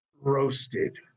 Roasted